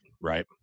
right